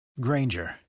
Granger